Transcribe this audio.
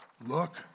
look